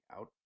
out